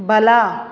ಬಲ